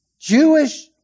Jewish